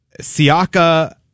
Siaka